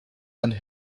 and